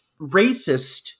racist